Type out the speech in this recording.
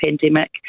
pandemic